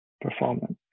performance